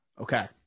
Okay